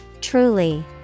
Truly